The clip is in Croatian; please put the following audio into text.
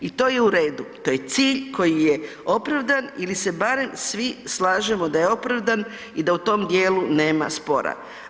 I to je u redu, to je cilj koji je opravdan ili se barem svi slažemo da je opravdan i da u tom dijelu nema spora.